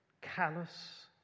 callous